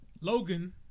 Logan